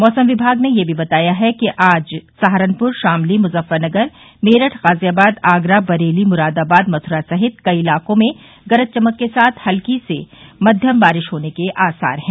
मौसम विभाग ने यह भी बताया है कि आज सहारनपुर शामली मुज़फ़रनगर मेरठ गाज़ियाबाद आगरा बरेली मुरादाबाद मथुरा सहित कई इलाको में गरज चमक के साथ हल्की से मध्यम बारिश होने के आसार हैं